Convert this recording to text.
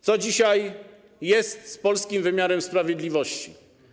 Co dzisiaj dzieje się z polskim wymiarem sprawiedliwości?